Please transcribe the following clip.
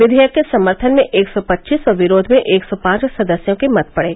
विधेयक के समर्थन में एक सौ पच्चीस और विरोध में एक सौ पांच सदस्यों के मत पड़े